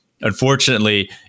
unfortunately